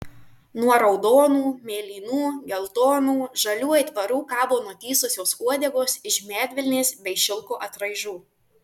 nuo raudonų mėlynų geltonų žalių aitvarų kabo nutįsusios uodegos iš medvilnės bei šilko atraižų